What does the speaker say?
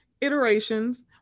iterations